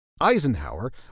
Eisenhower